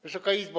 Wysoka Izbo!